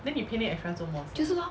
就是 lor